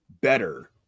better